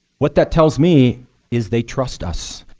what that tells me is they trust us,